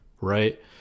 right